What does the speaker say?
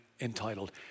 entitled